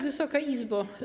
Wysoka Izbo!